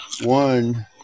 One